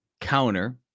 counter